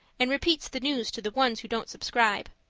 and repeats the news to the ones who don't subscribe.